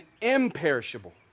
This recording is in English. imperishable